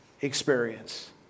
experience